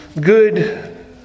good